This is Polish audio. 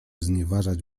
znieważać